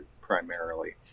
primarily